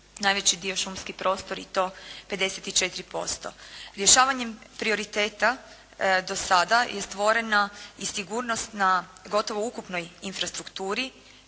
najveći dio šumski prostor i to 54%. Rješavanjem prioriteta do sada je stvorena i sigurnost na gotovo ukupnoj infrastrukturi